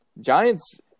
Giants